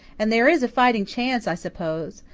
and there is a fighting chance, i suppose.